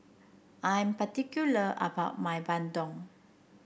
I'm particular about my bandung